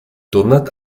tornat